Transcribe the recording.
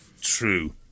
true